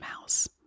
mouse